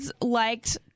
liked